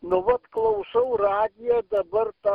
nu vat klausau radiją dabar tą